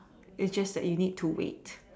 is just that you need to wait